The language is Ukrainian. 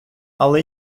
але